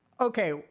okay